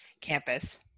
campus